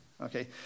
okay